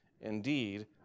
Indeed